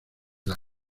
las